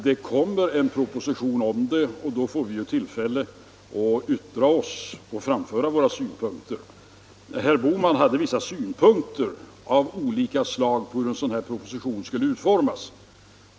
Det kommer en proposition om detta, och då får vi tillfälle att framföra våra uppfattningar. Herr Bohman hade vissa synpunkter på hur en sådan proposition skall utformas.